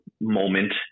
moment